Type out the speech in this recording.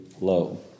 low